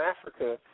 Africa